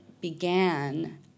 began